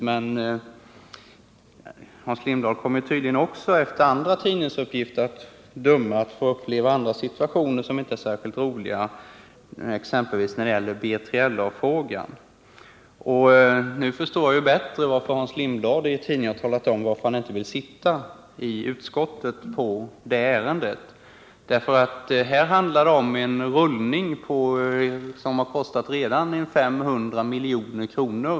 Och Hans Lindblad kommer tydligen, av andra tidningsuppgifter att döma, att få uppleva även andra situationer som inte är särskilt roliga, t.ex. när det gäller B3LA-frågan. Nu förstår jag bättre varför Hans Lindblad i tidningar har talat om att han inte vill sitta med i utskottet när det ärendet behandlas. Där handlar det om en penningrullning som redan är uppe i 500 milj.kr.